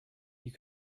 you